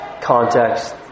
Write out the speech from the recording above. context